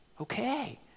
Okay